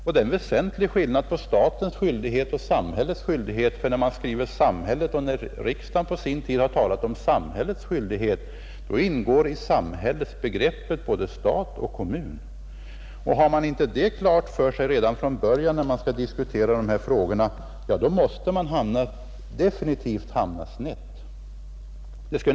Det är en väsentlig skillnad på statens skyldighet och samhällets skyldighet; när riksdagen på sin tid har talat om samhällets skyldighet ingår i samhällsbegreppet både stat och kommun. Har man inte detta klart för sig redan från början när man skall diskutera de här frågorna, måste man definitivt hamna snett.